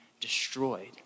destroyed